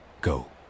Go